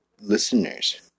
listeners